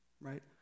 right